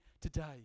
today